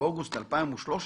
באוגוסט 2013,